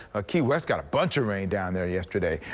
a key west got a bunch of rain down there yesterday.